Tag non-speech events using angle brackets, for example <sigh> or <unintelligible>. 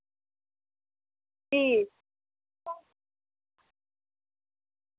<unintelligible>